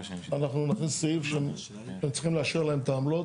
אנחנו נכניס סעיף שהם צריכים לאשר להם את העמלות.